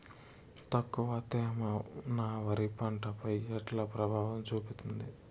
తక్కువ తేమ నా వరి పంట పై ఎట్లా ప్రభావం చూపిస్తుంది?